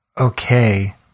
okay